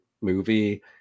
movie